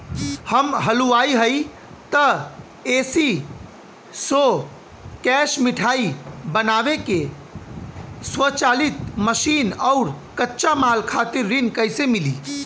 हम हलुवाई हईं त ए.सी शो कैशमिठाई बनावे के स्वचालित मशीन और कच्चा माल खातिर ऋण कइसे मिली?